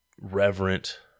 reverent